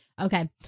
Okay